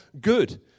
good